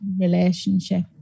relationship